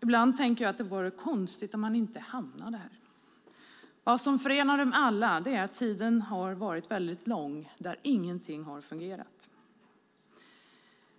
Ibland tänker jag att det vore konstigt om de inte hamnade där. Vad som förenar dem alla är att tiden har varit väldigt lång när ingenting har fungerat.